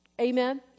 Amen